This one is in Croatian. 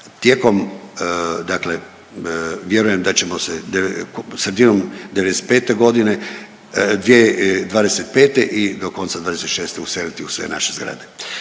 Tijekom dakle, vjerujem da ćemo se sredinom '95. g., 2025. i do konca '26. useliti i sve naše zgrade.